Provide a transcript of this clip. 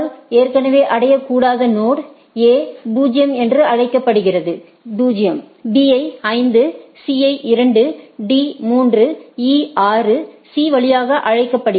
எனவே அடையகூடாத நொடு A 0 என்று அழைக்கப்படுகிறது 0 B ஐ 5 C ஐ 2 D 3 மற்றும்E 6 C வழியாக அழைக்கப்படுகிறது